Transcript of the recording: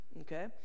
Okay